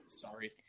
Sorry